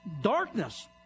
darkness